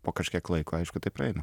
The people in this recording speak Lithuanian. po kažkiek laiko aišku tai praeina